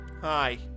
Hi